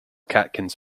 catkins